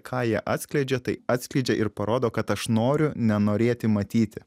ką jie atskleidžia tai atskleidžia ir parodo kad aš noriu nenorėti matyti